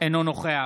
אינו נוכח